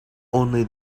only